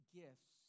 gifts